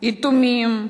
יתומים,